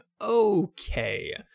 Okay